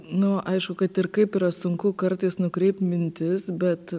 nu aišku kad ir kaip yra sunku kartais nukreipt mintis bet